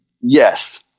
Yes